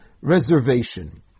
reservation